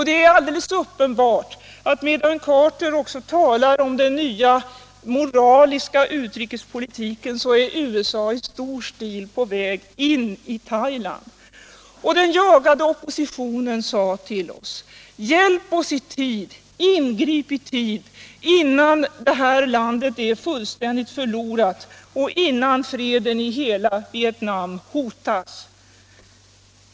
Det är alldeles uppenbart att medan Carter talar om den nya moraliska utrikespolitiken så är USA i stor stil på väg in i Thailand. Den jagade oppositionen sade till oss: Hjälp oss i tid, ingrip i tid, innan det här landet är fullständigt förlorat och innan freden i hela Vietnam hotas!